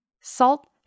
Salt